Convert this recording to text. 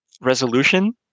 resolution